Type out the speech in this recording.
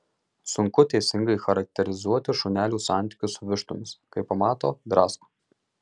sunku teisingai charakterizuoti šunelių santykius su vištomis kai pamato drasko